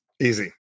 Easy